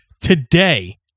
Today